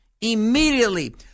Immediately